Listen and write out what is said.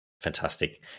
Fantastic